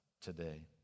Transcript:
today